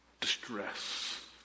Distress